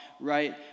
right